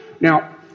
Now